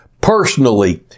personally